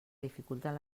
dificulten